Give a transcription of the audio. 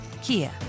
Kia